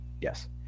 yes